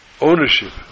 ownership